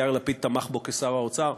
יאיר לפיד תמך בו כשר האוצר,